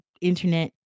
internet